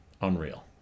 Unreal